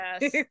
yes